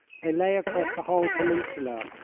they lay across the whole peninsula,